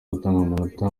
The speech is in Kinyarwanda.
gutanga